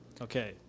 Okay